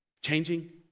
changing